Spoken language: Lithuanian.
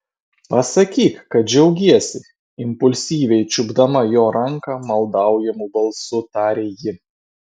pasakyk kad džiaugiesi impulsyviai čiupdama jo ranką maldaujamu balsu tarė ji